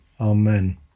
Amen